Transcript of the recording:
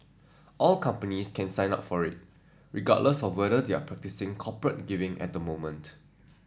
all companies can sign up for it regardless of whether they are practising corporate giving at the moment